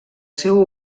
seu